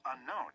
unknown